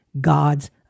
God's